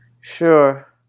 Sure